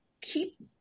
Keep